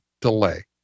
delay